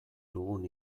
dugun